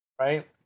right